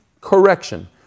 correction